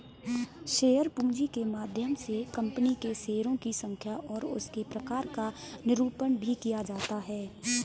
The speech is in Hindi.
शेयर पूंजी के माध्यम से कंपनी के शेयरों की संख्या और उसके प्रकार का निरूपण भी किया जाता है